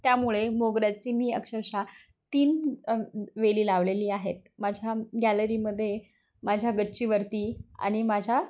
त्यामुळे मोगऱ्याची मी अक्षरशः तीन वेली लावलेली आहेत माझ्या गॅलरीमध्येे माझ्या गच्चीवरती आणि माझ्या